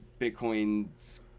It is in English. Bitcoin